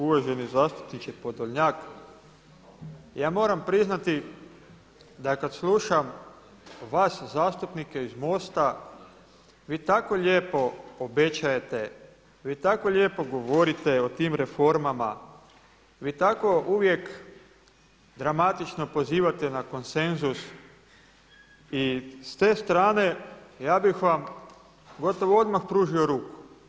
Uvaženi zastupniče Podoljnjak, ja moram priznati da kada slušam vas zastupnike iz MOST-a, vi tako lijepo obećajete, vi tako lijepo govorite o tim reformama, vi tako uvijek dramatično pozivate na konsenzus i s te strane ja bih vam gotovo odmah pružio ruku.